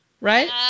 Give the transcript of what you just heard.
right